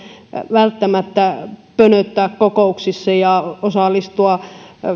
välttämättä pönöttää kokouksissa ja osallistua